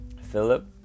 Philip